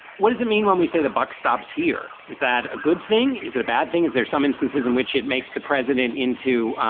what does it mean when we say the buck stops here? is that a good thing? is that a bad thing? is there some instances in which it makes the president into